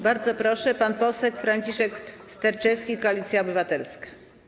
Bardzo proszę pan poseł Franciszek Sterczewski, Koalicja Obywatelska.